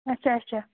اَچھا اَچھا